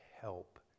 help